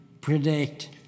predict